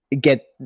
get